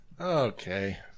Okay